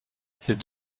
ces